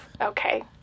Okay